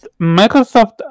Microsoft